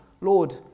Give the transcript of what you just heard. Lord